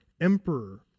emperor